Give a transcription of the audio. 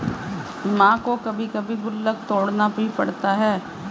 मां को कभी कभी गुल्लक तोड़ना भी पड़ता है